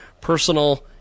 Personal